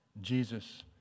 Jesus